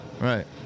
Right